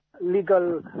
Legal